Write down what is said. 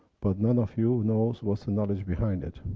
but none of you knows what's the knowledge behind it.